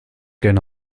gerne